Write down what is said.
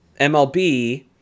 mlb